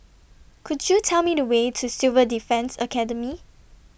Could YOU Tell Me The Way to Civil Defence Academy